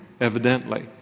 evidently